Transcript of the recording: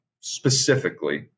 specifically